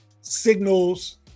signals